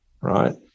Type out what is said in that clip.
right